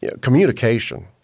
Communication